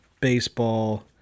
baseball